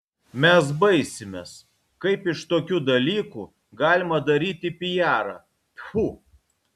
mes baisimės kaip iš tokių dalykų galima daryti pijarą tfu